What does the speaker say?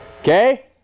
Okay